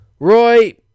Roy